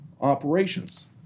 operations